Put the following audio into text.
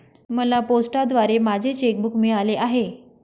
मला पोस्टाद्वारे माझे चेक बूक मिळाले आहे